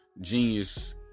genius